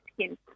skin